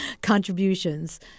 contributions